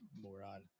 moron